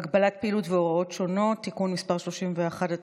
(הגבלת פעילות והוראות שונות) (תיקון מס' 31),